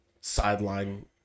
sideline